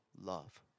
love